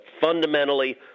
fundamentally